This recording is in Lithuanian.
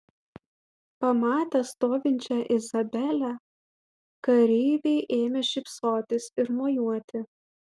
pamatę stovinčią izabelę kareiviai ėmė šypsotis ir mojuoti